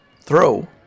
throw